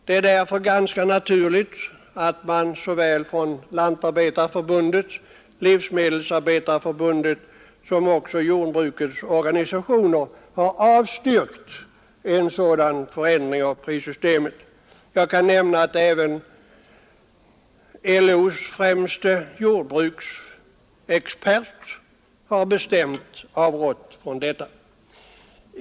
Det är därför ganska naturligt att man såväl från Lantarbetareförbundet och Livsmedelsarbetareförbundet som från jordbrukets organisationer har avstyrkt en sådan förändring av prissystemet. Jag kan nämna att även LO:s främste jordbruksexpert har bestämt avrått från ett sådant system.